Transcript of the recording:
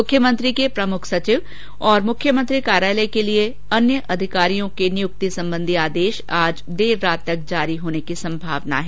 मुख्यमंत्री के प्रमुख सचिव तथा मुख्यमंत्री कार्यालय के लिये अन्य अधिकारियों के नियुक्ति संबंधी आदेश आज देर रात तक जारी होने की संभावना है